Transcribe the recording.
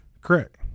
Correct